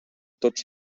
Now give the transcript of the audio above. tots